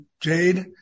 Jade